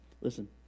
listen